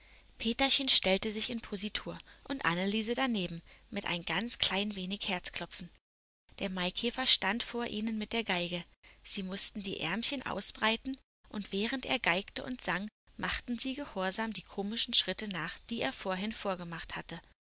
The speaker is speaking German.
peterchen stellte sich in positur und anneliese daneben mit ein ganz klein wenig herzklopfen der maikäfer stand vor ihnen mit der geige sie mußten die ärmchen ausbreiten und während er geigte und sang machten sie gehorsam die komischen schritte nach die er vorhin vorgemacht hatte